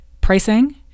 pricing